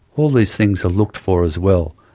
all these things are looked for as well.